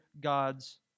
God's